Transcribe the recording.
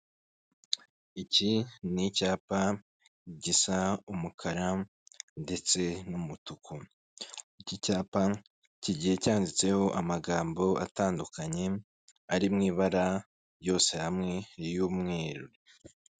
Iki ni icyapa gisa umukara ndetse n'umutuku. Iki cyapa kigiye cyanditseho amagambo atandukanye, ari mu ibara, yose hamwe y'umweru.